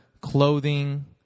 clothing